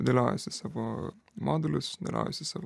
dėliojiesi savo modulius dėliojiesi savo